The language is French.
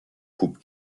coupe